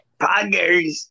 Poggers